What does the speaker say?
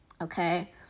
okay